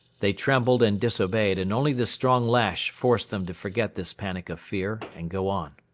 they trembled and disobeyed and only the strong lash forced them to forget this panic of fear and go on.